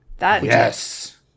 Yes